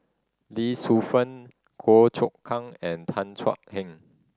Lee Shu Fen Goh Chok Kang and Tan Thua Heng